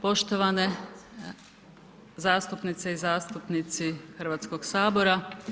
Poštovane zastupnice i zastupnici Hrvatskog sabora.